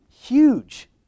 huge